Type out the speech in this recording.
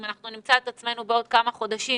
אם אנחנו נמצא את עצמנו בעוד כמה חודשים